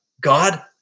God